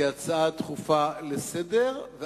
כהצעה דחופה לסדר-היום,